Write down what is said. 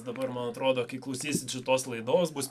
dabar man atrodo kai klausysit šitos laidos bus